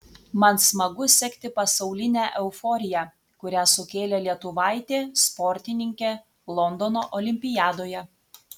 man smagu sekti pasaulinę euforiją kurią sukėlė lietuvaitė sportininkė londono olimpiadoje